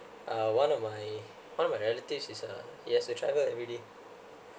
uh one of my one of my relatives is uh he has to travel every day